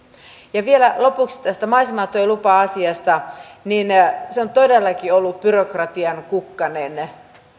vielä lopuksi tästä maisematyölupa asiasta se on todellakin ollut byrokratian kukkanen